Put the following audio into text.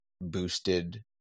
boosted